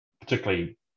particularly